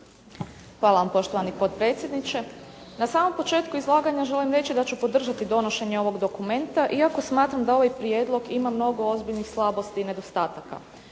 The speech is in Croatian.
Hvala vam poštovani potpredsjedniče. Na samom početku izlaganja želim reći da ću podržati donošenje ovog dokumenta, iako smatram da ovaj prijedlog ima mnogo ozbiljnih slabosti i nedostataka.